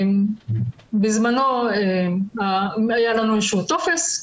בזמנו היה לנו איזה שהוא טופס,